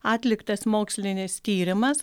atliktas mokslinis tyrimas